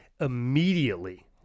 immediately